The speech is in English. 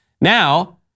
Now